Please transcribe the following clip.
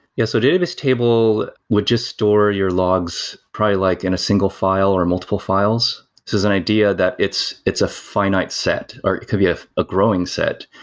yeah, so database table would just store your logs probably like in a single file, or multiple files. this is an idea that it's it's a finite set, or it could be ah a growing set.